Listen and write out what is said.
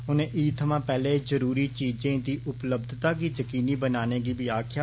उनें ईद थमां पैहले जरूरी चीजें दी उपलब्यता गी बी यकीनी बनाने गी बी आक्खेआ